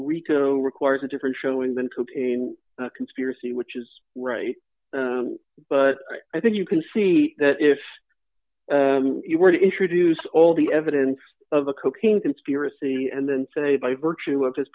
rico requires a different showing than to conspiracy which is right but i think you can see that if you were to introduce all the evidence of the cocaine conspiracy and then say by virtue of his